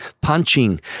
punching